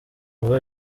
vuba